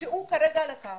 שהוא כרגע על הקו.